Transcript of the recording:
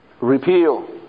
repeal